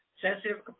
sensitive